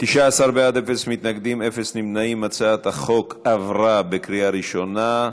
את הצעת חוק לייעול הפיקוח והאכיפה העירוניים ברשויות המקומיות (תעבורה)